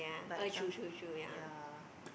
but some yeah